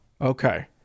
Okay